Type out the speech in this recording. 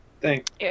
Thanks